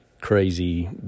crazy